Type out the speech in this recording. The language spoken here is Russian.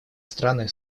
страны